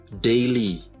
daily